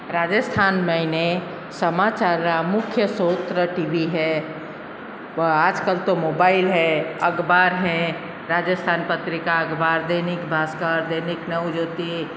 राजस्थान मैं समाचार का मुख्य स्रोत टी वी है व आज कल तो मोबाइल है अख़बार है राजस्थान पत्रिका अख़बार दैनिक भास्कर दैनिक नवज्योति